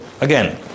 again